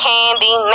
Candy